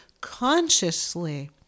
consciously